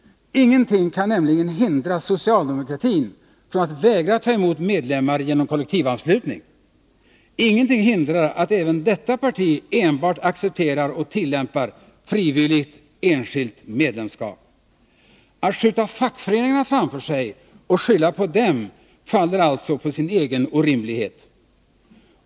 Ingenting kan nämligen hindra socialdemokratin från att vägra ta emot medlemmar genom kollektivanslutning. Ingenting hindrar att även detta parti enbart accepterar och tillämpar frivilligt enskilt medlemskap. Att skjuta fackföreningarna framför sig och skylla på dem faller alltså på sin egen orimlighet.